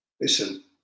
Listen